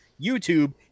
YouTube